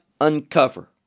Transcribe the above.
uncover